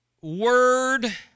word